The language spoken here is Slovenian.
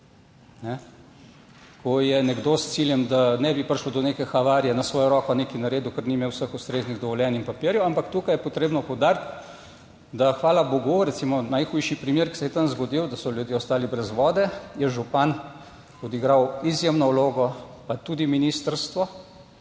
ko je nekdo s ciljem, da ne bi prišlo do neke havarije na svojo roko nekaj naredil, ker ni imel vseh ustreznih dovoljenj in papirjev. Ampak tukaj je potrebno poudariti, da hvala bogu, recimo najhujši primer, ki se je tam zgodil, da so ljudje ostali brez vode, je župan. Odigral izjemno vlogo pa tudi ministrstvo,